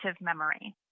memory